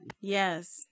yes